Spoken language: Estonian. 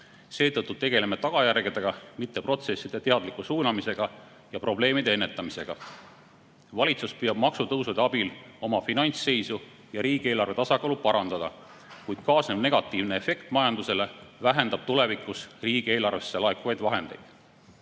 Seetõttu tegeleme tagajärgedega, mitte protsesside teadliku suunamise ja probleemide ennetamisega. Valitsus püüab maksutõusude abil oma finantsseisu ja riigieelarve tasakaalu parandada, kuid kaasnev negatiivne efekt majandusele vähendab tulevikus riigieelarvesse laekuvaid vahendeid.